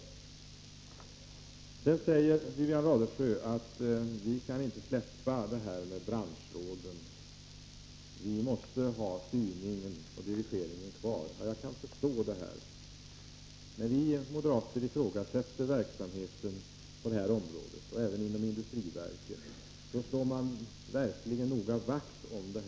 Wivi-Anne Radesjö sade att vi inte kan släppa branschråden, utan att vi måste ha kvar styrningen och dirigeringen. Jag kan förstå det. När vi moderater ifrågasätter verksamheten på detta område och inom industriverket slår socialdemokraterna verkligen vakt om den.